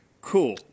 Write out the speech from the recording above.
Cool